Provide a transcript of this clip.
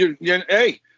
Hey